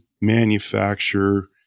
manufacture